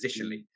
positionally